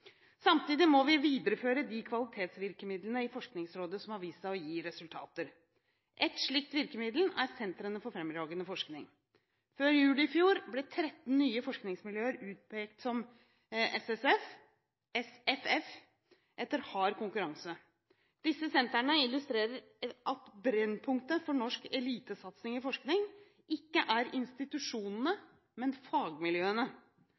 Samtidig må vi videreføre de kvalitetsvirkemidlene i Forskningsrådet som har vist seg å gi resultater. Ett slikt virkemiddel er sentrene for fremragende forskning. Før jul i fjor ble 13 nye forskningsmiljøer utpekt som SFF etter hard konkurranse. Disse sentrene illustrerer at brennpunktet for norsk elitesatsing i forskning ikke er institusjonene, men fagmiljøene.